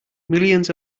millions